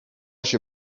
się